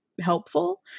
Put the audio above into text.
helpful